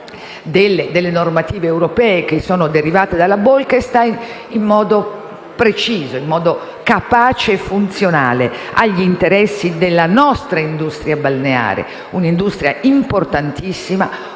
delle normative europee derivate dalla direttiva Bolkestein in modo preciso, capace e funzionale agli interessi della nostra industria balneare, un'industria importantissima,